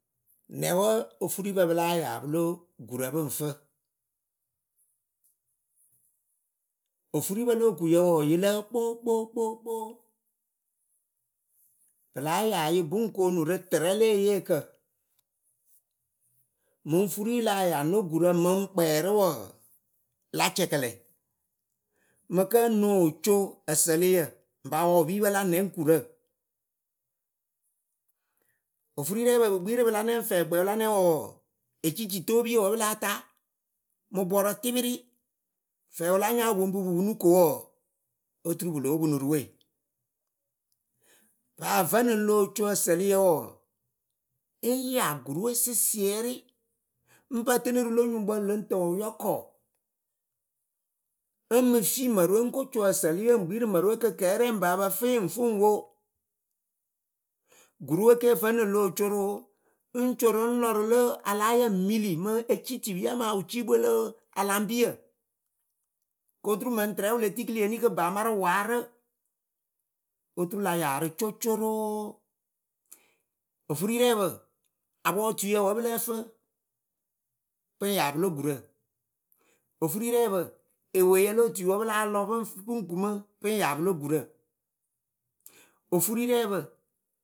Nɛ wǝ ofuripǝ pɨ láa ya pɨlo gurǝ pɨŋ fɨ? ofuripǝ lo okuyǝ wɔɔ yɨ lǝ kpookpo kpookpo pɨ láa yayɨ pɨŋ koonu rɨ tɨrɛ le eyeekǝ. Mɨŋ furi láa ya nö gurǝ mɨŋ kpɛrɨ wɔɔ, la cɛkɛlɛ. mɨkǝ noh co ǝsǝlɨyǝ ŋ pa wɔ epiipǝ la nɛŋ kurǝ. Ofuri rɛɛpǝ pɨ kpi rɨ pɨla nɛŋ fɛɛkpɛ la nɛŋwǝ wɔɔ, ecicitoopiyǝ wǝ pɨ láa ta mɨ bɔɔrǝ tɩpɩrɩ. fɛɛwǝ wɨ la nya wɨ poŋ pɨ pɨ punu rɨ ko wɔɔ, oturu pɨ lóo punu rɨ we paa ǝvǝnɨnɨŋ lóo co ǝsǝlɨyǝ wɔɔ ŋ ya gurɨwe sɩsɩɛrɩ ŋ pǝ tɨnɨ rɨ lo nyuŋkpǝ wɨ lɨŋ tǝ wɨ yɔkɔ ŋ mɨfi mǝrɨwe ŋ ko co ǝsǝlɨye ŋ kpi rɨ mǝrɨwe kɨ kɛɛrɛ ŋ pǝǝ pǝ fɨ yɩ ŋ fɨ ŋ wo gurɨwe ke vǝnɨŋ lóo co rɨ oo ŋ corɨ ŋ lɔ rɨ la alaayǝ ŋ mili mɨ ecicipiyǝ amaa wɨcikpɨwe lǝ alaŋbiyǝ koturu mɨŋ tɨrɛ wɨ le pe tikili eni kɨ ba marɨ waarɨ. Oturu la yaarɨ cocoroo ofuri rɛɛpǝ apɔtuyǝ wǝ pɨ lǝ́ǝ fɨ pɨŋ ya pɨ lo gurǝ, ofuri rɛɛpǝ eweyǝ lo otui wǝ pɨ láa lɔ pɨŋ kumɨ pɨŋ ya pɨ lo gurǝ, ofuri rɛɛpǝ.